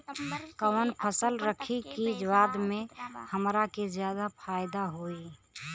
कवन फसल रखी कि बाद में हमरा के ज्यादा फायदा होयी?